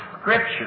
scripture